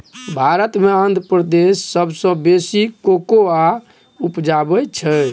भारत मे आंध्र प्रदेश सबसँ बेसी कोकोआ उपजाबै छै